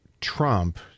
Trump